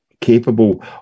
capable